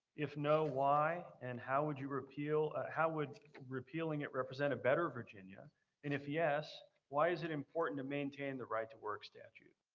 if no why, and how would you repeal how would repealing it represent a better virginia and if yes, why is it important to maintain the right-to-work statute?